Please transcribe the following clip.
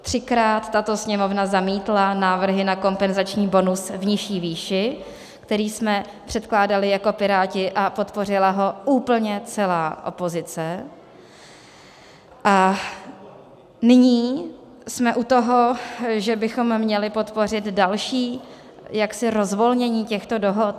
Třikrát tato Sněmovna zamítla návrhy na kompenzační bonus v nižší výši, který jsme předkládali jako Piráti, a podpořila ho úplně celá opozice, a nyní jsme u toho, že bychom měli podpořit další jaksi rozvolnění těchto dohod.